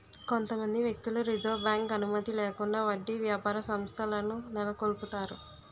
కొంతమంది వ్యక్తులు reserve bank అనుమతి లేకుండా వడ్డీ వ్యాపార సంస్థలను నెలకొల్పుతారు